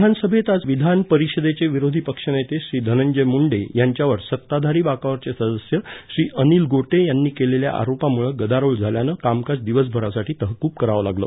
विधानसभेत आज विधान परिषदेचे विरोधी पक्षनेते श्री धनंजय मुंडे यांच्यावर सत्ताधारी बाकावरचे सदस्य श्री अनिल गोटे यांनी केलेल्या आरोपामुळं गदारोळ झाल्यानं कामकाज दिवसभरासाठी तहकूब करावं लागलं